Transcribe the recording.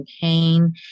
pain